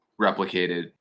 replicated